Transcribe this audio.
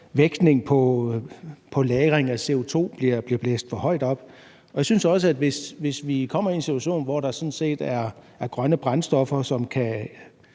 vægtning på lagring af CO2 bliver blæst for højt op, og jeg synes også, at hvis vi kommer i en situation, hvor der sådan set er grønne brændstoffer, som kan